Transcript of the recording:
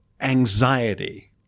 anxiety